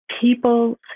people